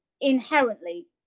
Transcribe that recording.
inherently